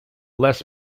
less